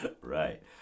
Right